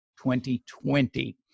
2020